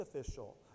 official